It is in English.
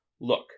Look